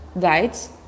guides